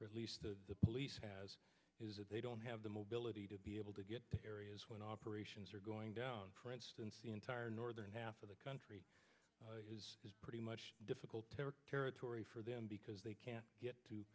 at least the police has is that they don't have the mobility to be able to get to areas when operations are going down for instance the entire northern half of the country is pretty much difficult territory for them because they can't get to